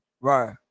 right